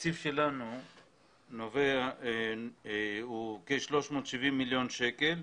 התקציב שלנו הוא כ-370 מיליון שקלים,